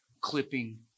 clipping